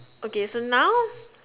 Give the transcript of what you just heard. okay so now